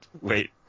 Wait